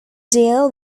deal